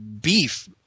beef